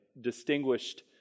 distinguished